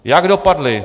Jak dopadly?